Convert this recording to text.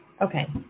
Okay